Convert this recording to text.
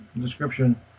description